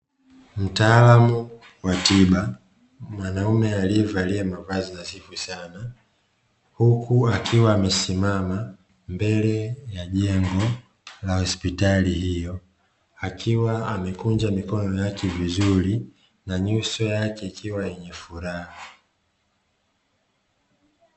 Mtaalamu wa tiba mwanaume alievalia mavazi nadhifu sana, huku akiwa amesimama mbele ya jengo la hospitali hiyo akiwa amekunja mikono yake vizuri na nyuso yake ikiwa yenye furaha.